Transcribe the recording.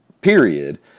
period